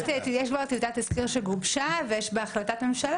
יש כבר טיוטת תזכיר שגובשה ויש בהחלטת ממשלה